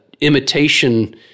imitation